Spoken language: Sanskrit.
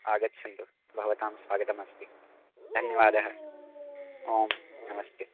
आगच्छन्तु भवतां स्वागतमस्ति धन्यवादः ओं नमस्ते